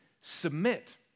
Submit